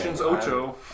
Ocho